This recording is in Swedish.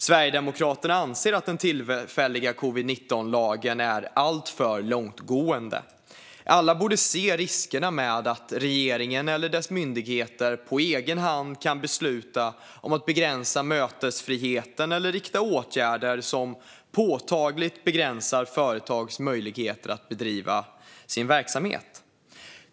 Sverigedemokraterna anser att den tillfälliga covid-19-lagen är alltför långtgående. Alla borde se riskerna med att regeringen eller dess myndigheter på egen hand kan besluta om att begränsa mötesfriheten eller rikta åtgärder som påtagligt begränsar företags möjligheter att bedriva sin verksamhet.